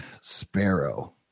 Sparrow